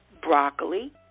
broccoli